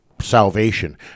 salvation